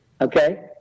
okay